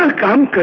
and gun